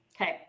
Okay